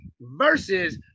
versus